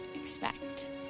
expect